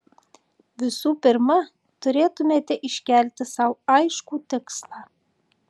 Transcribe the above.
visų pirma turėtumėte iškelti sau aiškų tikslą